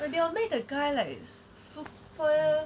like they will make the guy like super